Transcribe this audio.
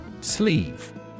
Sleeve